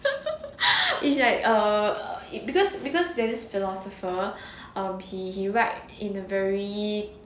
it's like err because because there's philosopher um he he write in a very